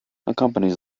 accompanies